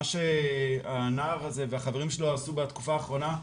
מה שהנער הזה והחברים שלו עשו בתקופה האחרונה,